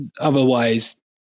otherwise